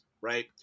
right